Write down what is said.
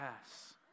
yes